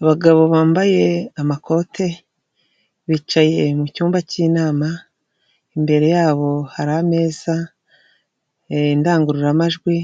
Abagabo bambaye amakote bicaye mu cyumba cy'inama, imbere yabo hari ameza, indangururamajwi,